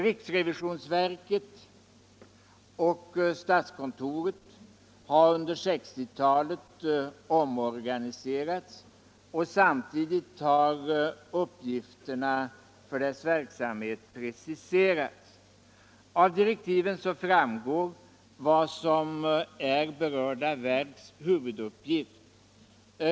Riksrevisionsverket och statskontoret har under 1960-talet omorganiserats, och samtidigt har uppgifterna för deras verksamhet preciserats. Av direktiven framgår vad som är berörda verks huvuduppgift.